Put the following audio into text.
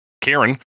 Karen